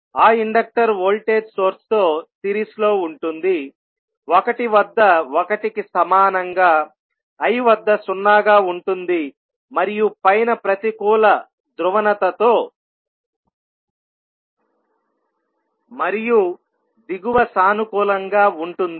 ఆ inductor voltage సోర్స్తో సిరీస్లో ఉంటుంది l వద్ద l కి సమానంగా I వద్ద 0 గా ఉంటుంది మరియు పైన ప్రతికూల ధ్రువణతతో మరియు దిగువ సానుకూలంగా ఉంటుంది